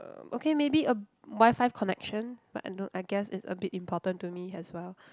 uh okay maybe a WiFi connection I guess it's a bit important to me as well